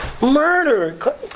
Murder